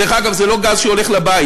דרך אגב, זה לא גז שהולך לבית.